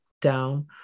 down